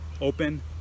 open